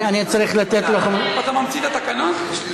אתה ממציא את התקנון?